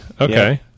Okay